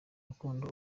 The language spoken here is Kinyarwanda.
rukundo